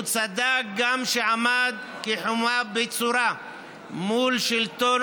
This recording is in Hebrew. הוא צדק גם כשעמד כחומה בצורה מול שלטון